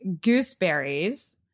gooseberries